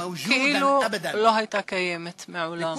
כאילו לא הייתה קיימת מעולם.